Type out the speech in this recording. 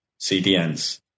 CDNs